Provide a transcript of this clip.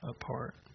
apart